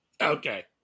Okay